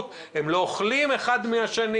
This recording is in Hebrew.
הם לא אוכלים אחד מהשני,